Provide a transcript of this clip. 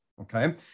okay